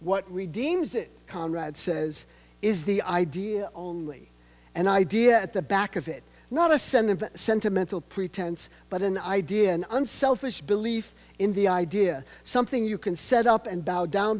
what we deems it conrad says is the idea only an idea at the back of it not to send a sentimental pretense but an idea an unselfish belief in the idea something you can set up and bow